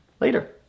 later